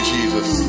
Jesus